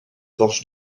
porche